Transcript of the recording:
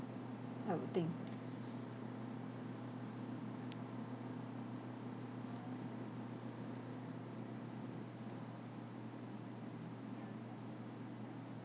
I would think